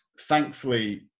thankfully